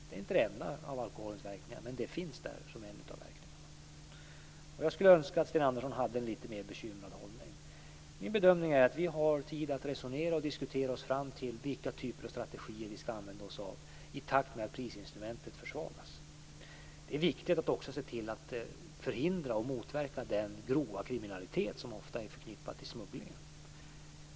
Det är inte det enda av alkoholens verkningar, men det finns där som en av dem. Jag skulle önska att Sten Andersson hade en litet mer bekymrad hållning. Min bedömning är att vi har tid att resonera och diskutera oss fram till vilka typer av strategier vi skall använda oss av i takt med att prisinstrumentet försvagas. Det är viktigt att se till och motverka den grova kriminalitet som ofta är förknippad med smugglingen.